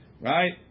right